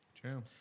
True